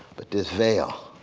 but this veil,